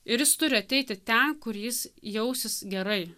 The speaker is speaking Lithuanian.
ir jis turi ateiti ten kur jis jausis gerai